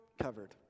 covered